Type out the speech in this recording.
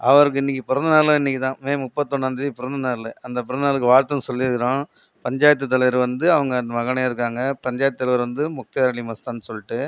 அவருக்கு இன்றைக்கி பிறந்தநாளும் இன்னிக்கி தான் மே முப்பத்தொன்னாந்தேதி பிறந்த நாள் அந்த பிறந்த நாளுக்கு வாழ்த்தும் சொல்லிருக்கிறோம் பஞ்சாயத்து தலைவர் வந்து அவங்க மகனே இருக்காங்கள் பஞ்சாயத்து தலைவர் வந்து மொக்கையரளி மஸ்தான் சொல்லிட்டு